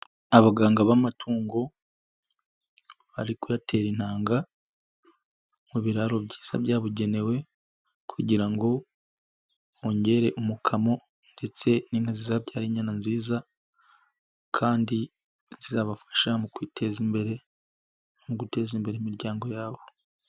Abaganga b'amatungo bari kuyatera intanga mu biraro byiza byabugenewe kugira ngo bongere umukamo ndetse n'inka zizabyara inyana nziza kandi zizabafasha mu kwiteza imbere mu guteza imbere imiryango yabo.